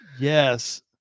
Yes